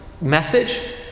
message